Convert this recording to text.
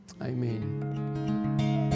Amen